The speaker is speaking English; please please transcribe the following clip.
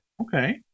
Okay